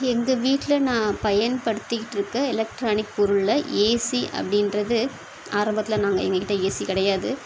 எங்கள் வீட்டில் நான் பயன்படுத்திக்கிட்டிருக்க எலெக்ட்ரானிக் பொருளில் ஏசி அப்படின்றது ஆரம்பத்தில் நாங்கள் எங்கள் கிட்டே ஏசி கிடையாது